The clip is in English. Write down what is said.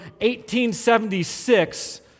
1876